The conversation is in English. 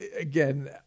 again